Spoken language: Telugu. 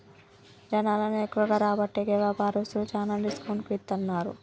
జనాలను ఎక్కువగా రాబట్టేకి వ్యాపారస్తులు శ్యానా డిస్కౌంట్ కి ఇత్తన్నారు